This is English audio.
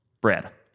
bread